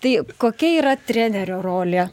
tai kokia yra trenerio rolė